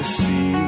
see